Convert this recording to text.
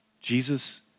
Jesus